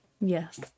Yes